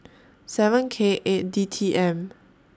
seven K eight D T M